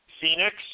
Phoenix